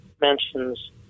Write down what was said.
mentions